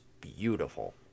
beautiful